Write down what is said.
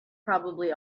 probably